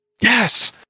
Yes